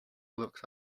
looked